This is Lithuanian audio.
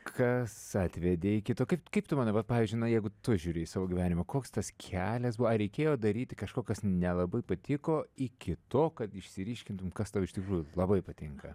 kas atvedė iki to kaip kaip tu manai vat pavyzdžiui na jeigu tu žiūri į savo gyvenimą koks tas kelias buvo ar reikėjo daryti kažko kas nelabai patiko iki to kad išsiryškintum kas tau iš tikrųjų labai patinka